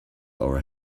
our